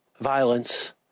violence